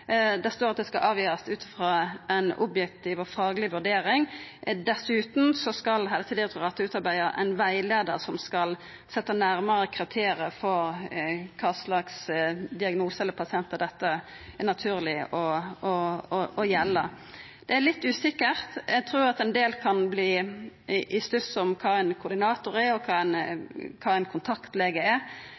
står at det skal avgjerast ut frå ei objektiv og fagleg vurdering. Dessutan skal Helsedirektoratet utarbeida ein rettleiar som skal setja nærmare kriterium for kva slags diagnose eller pasientar det er naturleg at det skal gjelda for. Det er litt usikkert. Eg trur at ein del kan verta i stuss om kva ein koordinator er, og kva ein kontaktlege er, så ein er